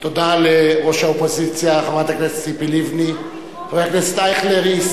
תודה לראש האופוזיציה, חברת הכנסת ציפי לבני.